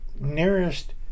nearest